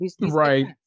Right